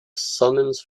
summons